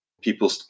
people